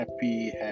happy